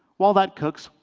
while that cooks,